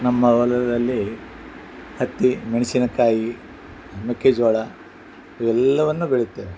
ನಮ್ಮ ಹೊಲದಲ್ಲಿ ಹತ್ತಿ ಮೆಣಸಿನಕಾಯಿ ಮೆಕ್ಕೆಜೋಳ ಇವೆಲ್ಲವನ್ನು ಬೆಳೆಯುತ್ತೇವೆ